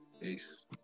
Peace